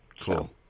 Cool